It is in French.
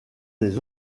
des